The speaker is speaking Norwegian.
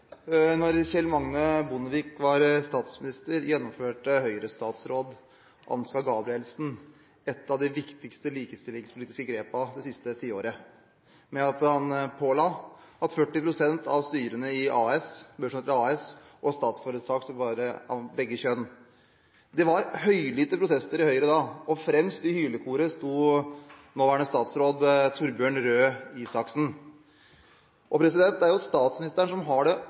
Kjell Magne Bondevik var statsminister, gjennomførte Høyre-statsråd Ansgar Gabrielsen et av de viktigste likestillingspolitiske grep det siste tiåret ved å pålegge styrene i børsnoterte AS og statsforetak 40 pst. representasjon av begge kjønn. Det var høylytte protester i Høyre da, og fremst i hylekoret sto nåværende statsråd Torbjørn Røe Isaksen. Det er jo statsministeren som har det